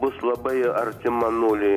bus labai artima nuliui